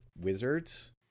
wizards